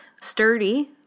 sturdy